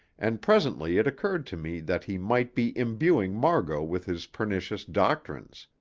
and presently it occurred to me that he might be imbuing margot with his pernicious doctrines,